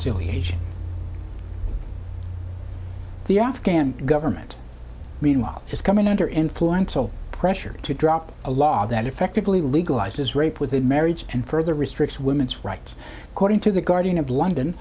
see the afghan government meanwhile is coming under influential pressure to drop a law that effectively legalizes rape within marriage and further restrict women's rights according to the guardian of london